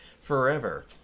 forever